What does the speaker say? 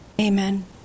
Amen